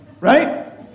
Right